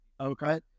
Okay